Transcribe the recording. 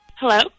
Hello